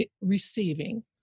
receiving